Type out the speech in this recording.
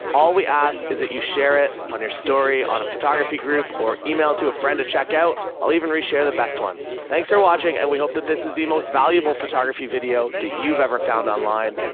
all we ask is that you share it on your story, on a photography group or email to a friend at checkout. i'll even reshare the best ones. thanks for watching and we hope that this is the most valuable photography video that you've ever found online.